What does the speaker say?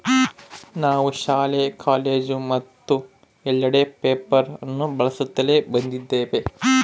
ನಾವು ಶಾಲೆ, ಕಾಲೇಜು ಮತ್ತು ಎಲ್ಲೆಡೆ ಪೇಪರ್ ಅನ್ನು ಬಳಸುತ್ತಲೇ ಬಂದಿದ್ದೇವೆ